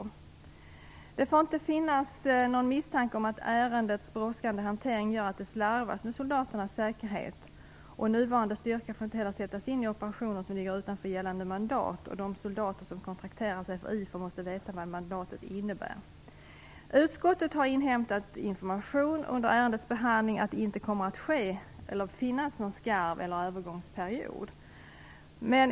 Det får emellertid inte finnas någon misstanke om att ärendets brådskande hantering gör att det slarvas med soldaternas säkerhet. Nuvarande styrka får inte heller sättas in i operationer som ligger utanför gällande mandat. De soldater som kontrakterar sig för IFOR måste veta vad mandatet innebär. Enligt den information som utskottet inhämtat under ärendets behandling kommer det inte att bli någon övergångsperiod.